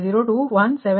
0217 ಕೋನ 229